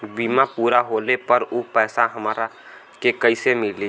बीमा पूरा होले पर उ पैसा हमरा के कईसे मिली?